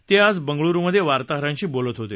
ते आज बंगळुरूमध्ये वार्ताहरांशी बोलत होते